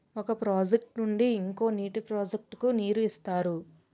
ఒక ప్రాజెక్ట్ నుండి ఇంకో నీటి ప్రాజెక్ట్ కు నీరు ఇస్తారు